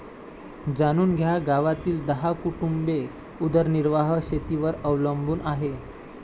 जाणून घ्या गावातील दहा कुटुंबे उदरनिर्वाह शेतीवर अवलंबून आहे